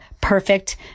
perfect